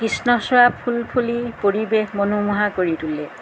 কৃষ্ণচূড়া ফুল ফুলি পৰিৱেশ মনোমোহা কৰি তোলে